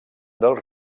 del